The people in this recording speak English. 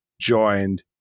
joined